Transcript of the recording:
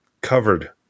covered